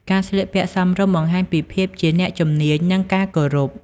ការស្លៀកពាក់សមរម្យបង្ហាញពីភាពជាអ្នកជំនាញ និងការគោរព។